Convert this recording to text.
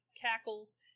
cackles